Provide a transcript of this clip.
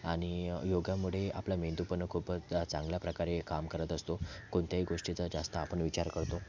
आणि योगामुळे आपला मेंदू पण खूपच चांगल्या प्रकारे काम करत असतो कोणत्याही गोष्टीचा जास्त आपण विचार करतो